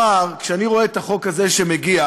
כשאני רואה את החוק הזה שמגיע,